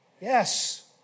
Yes